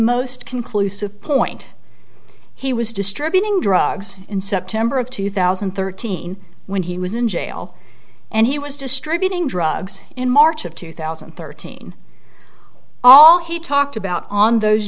most conclusive point he was distributing drugs in september of two thousand and thirteen when he was in jail and he was distributing drugs in march of two thousand and thirteen all he talked about on those